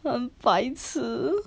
很白痴